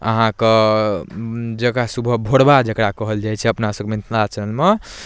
अहाँके जकरा सुबह भोरबा जकरा कहल जाइ छै अपना सभके मिथिलाञ्चलमे